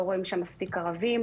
לא רואים שם מספיק ערבים,